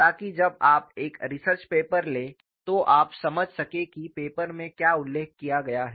ताकि जब आप एक रिसर्च पेपर लें तो आप समझ सकें कि पेपर में क्या उल्लेख किया गया है